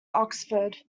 oxford